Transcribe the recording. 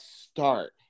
start